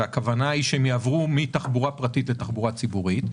והכוונה היא שהם יעברו מתחבורה פרטית לתחבורה ציבורית.